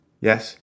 Yes